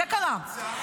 זה קרה.